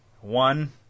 one